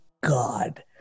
God